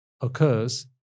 occurs